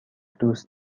دوست